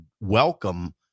welcome